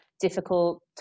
difficult